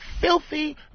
filthy